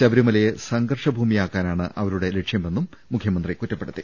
ശബരിമലയെ സംഘർഷ ഭൂമിയാക്കാനാണ് അവരുടെ ലക്ഷ്യ മെന്നും മുഖ്യമന്ത്രി കുറ്റപ്പെടുത്തി